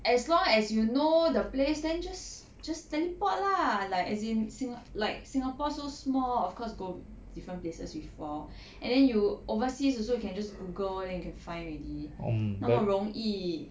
as long as you know the place then just just teleport lah like as in singa~ like singapore so small of course go different places before and then you overseas also you can just google then you can find already 那么容易